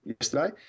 yesterday